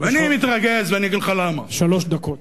ואני מתרגז, ואני אגיד לך למה, שלוש דקות.